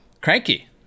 cranky